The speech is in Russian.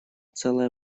целое